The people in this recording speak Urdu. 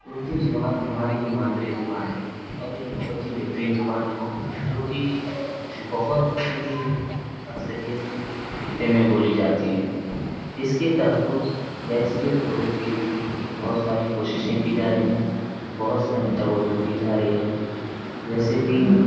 اردو زبان ہماری مادری زبان ہے اور ایک بہت ہی بہترین زبان ہے جو کہ بہت ہی اکثریت خطے میں بولی جاتی ہے اس کے تحفظ یا اس کے فروغ کے لیے بہت ساری کوششیں کی جا رہی ہیں بہت ساری تگ و دو کی جا رہی ہیں جیسے کہ